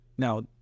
Now